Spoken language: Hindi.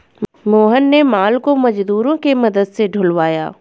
मोहन ने माल को मजदूरों के मदद से ढूलवाया